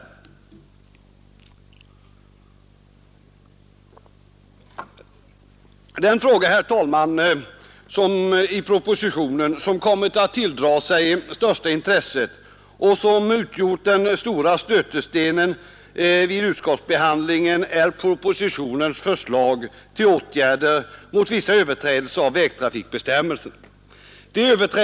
Den fråga som kommit att tilldra sig det största intresset och som utgjort den stora stötestenen vid utskottsbehandlingen är propositionens förslag till åtgärder mot vissa överträdelser av trafikbestämmelserna.